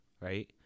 right